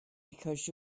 because